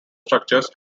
structures